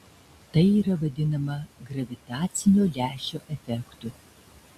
tai yra vadinama gravitacinio lęšio efektu